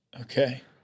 Okay